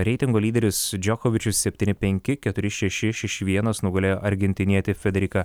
reitingo lyderis džokovičius septyni penki keturi šeši šeši vienas nugalėjo argentinietį federiką